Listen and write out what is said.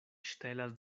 ŝtelas